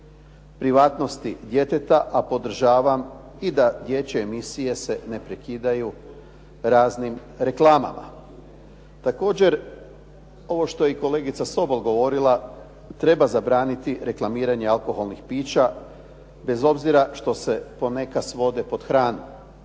privatnosti djeteta, a podržavam i da dječje emisije se ne prekidaju raznim reklamama. Također, ovo što je i kolegica Sobol govorila, treba zabraniti reklamiranje alkoholnih pića, bez obzira što se ponekad svode pod hranu,